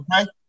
okay